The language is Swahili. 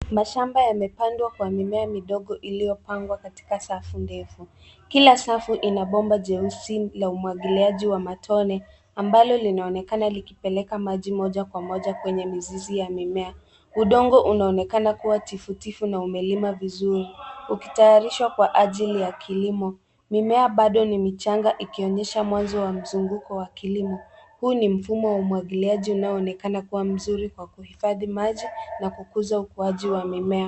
Mashamba yamepandwa kwa mimea midogo iliyopangwa katika safu ndefu. Kila safu ina bomba jeusi la umwagiliaji wa matone , ambalo linaonekana likipeleka maji moja kwa moja kwenye mizizi ya mimea. Udongo unaonekana ukiwa tifu tifu na umelimwa vizuri, ukitayarishwa kwa ajili ya kilimo. Mimea bado ni michanga, ikionyesha mwanzo wa mzunguko wa kilimo. Huu ni mfumo wa umwagiliaji unaoonekana kuwa mzuri kwa kuhifadhi maji na kukuza ukuaji wa mimea.